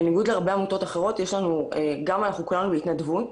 בניגוד להרבה עמותות אנחנו כולנו בהתנדבות,